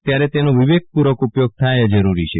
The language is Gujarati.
ત્યારે તેનો વિવેક પુર્વક ઉપયોગ થાય એ જરૂરી છે